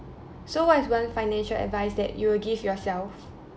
so what is one financial advice that you will give yourself